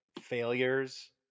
failures